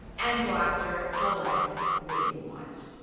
and go after the life that you want.